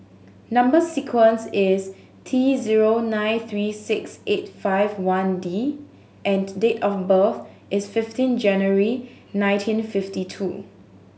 number sequence is T zero nine three six eight five one D and date of birth is fifteen January nineteen fifty two